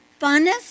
funnest